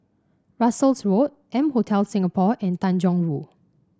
Russels Road M Hotel Singapore and Tanjong Rhu